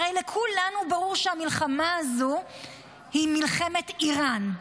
הרי לכולנו ברור שהמלחמה הזו היא מלחמת איראן.